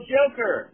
Joker